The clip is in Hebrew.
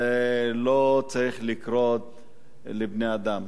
זה לא צריך לקרות לבני-אדם.